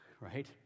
Right